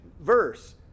verse